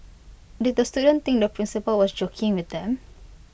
did the students think the principal was joking with them